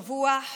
שבוע.